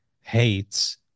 hates